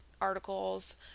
articles